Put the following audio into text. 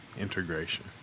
integration